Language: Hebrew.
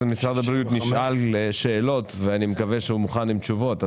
משרד הבריאות נשאל שאלות ואני מקווה שהוא מוכן עם תשובות.